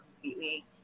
completely